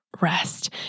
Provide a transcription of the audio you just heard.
rest